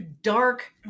dark